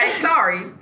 sorry